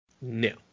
No